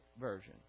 Version